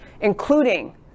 including